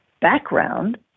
background